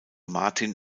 martin